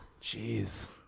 Jeez